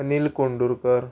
Anil Kondurkar